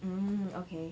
mm okay